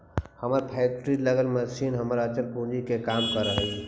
हमर फैक्ट्री लगी मशीन हमर अचल पूंजी के काम करऽ हइ